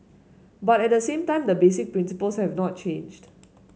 but at the same time the basic principles have not changed